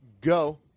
Go